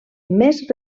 més